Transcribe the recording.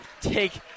take